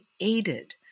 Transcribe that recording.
aided